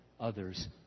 others